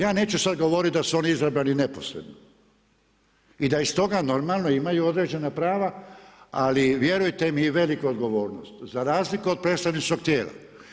Ja neću sad govorit da su oni izabrani neposredno i da iz toga imaju normalno imaju određena prava, ali vjerujte mi i veliku odgovornost za razliku od predstavničkog tijela.